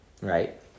Right